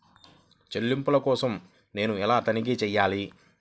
చెల్లింపుల కోసం నేను ఎలా తనిఖీ చేయాలి?